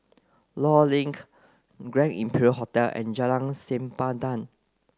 Law Link Grand Imperial Hotel and Jalan Sempadan